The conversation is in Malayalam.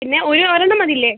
പിന്നെ ഒരു ഒരെണ്ണം മതിയല്ലേ